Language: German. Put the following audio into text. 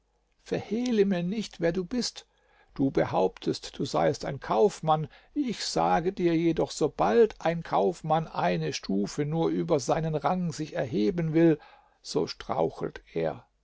verhehle mir nicht wer du bist du behauptest du seiest ein kaufmann ich sage dir jedoch sobald ein kaufmann eine stufe nur über seinen rang sich erheben will so strauchelt er